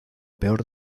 peor